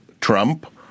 Trump